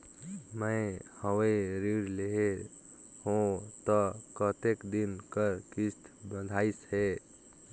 मैं हवे ऋण लेहे हों त कतेक दिन कर किस्त बंधाइस हे?